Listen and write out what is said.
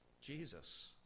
Jesus